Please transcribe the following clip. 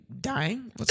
dying